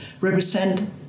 represent